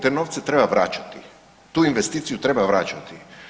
Te novce treba vraćati, tu investiciju treba vraćati.